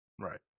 Right